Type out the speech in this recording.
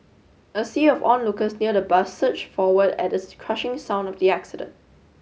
a sea of onlookers near the bus surged forward at the crushing sound of the accident